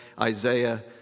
Isaiah